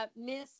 Miss